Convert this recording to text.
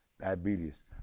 diabetes